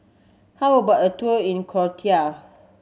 how about a tour in Croatia